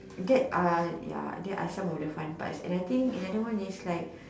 that are ya that are some of the fun parts and I think another one is like